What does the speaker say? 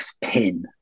pin